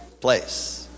place